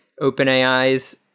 OpenAI's